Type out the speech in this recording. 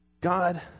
God